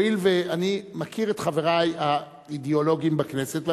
הואיל ואני מכיר את חברי האידיאולוגים בכנסת,